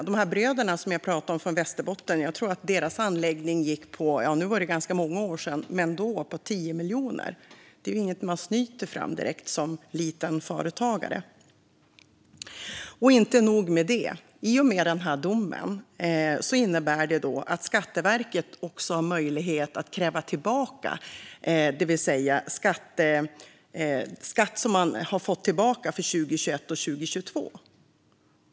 Bröderna från Västerbotten som jag pratade om investerade i sin anläggning för ganska många år sedan, men då tror jag att det gick på 10 miljoner. Det är ju inte direkt något man snyter fram som liten företagare. Och inte nog med det. Den här domen innebär också att Skatteverket har möjlighet att kräva tillbaka skatt som man har fått tillbaka för 2021 och 2022.